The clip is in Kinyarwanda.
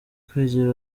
kwegera